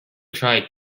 tried